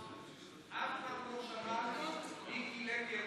אף אחד פה לא שמע: מיקי לוי,